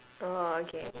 oh okay